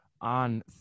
on